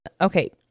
Okay